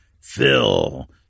Phil